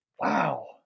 wow